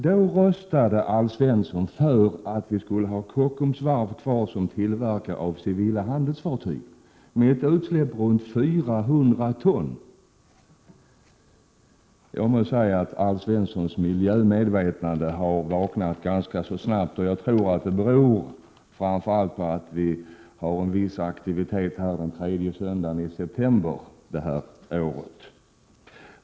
Då röstade Alf Svensson för att vi skulle ha Kockums kvar som tillverkare av civila handelsfartyg, med utsläpp runt 400 ton kolväten. Jag må säga att Alf Svenssons miljömedvetande har vaknat ganska snabbt. Jag tror att det beror framför allt på att vi har en viss aktivitet den tredje söndagen i september det här året.